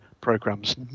programs